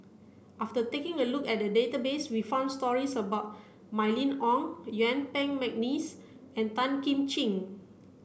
after taking a look at the database we found stories about Mylene Ong Yuen Peng McNeice and Tan Kim Ching